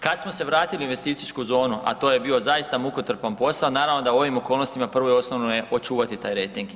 Kada smo se vratili u investicijsku zonu, a to je bio zaista mukotrpan posao naravno da u ovim okolnostima prvo i osnovno je očuvati taj rejting.